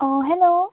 অ hello